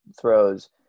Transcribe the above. throws